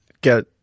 get